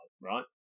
right